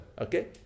Okay